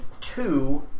two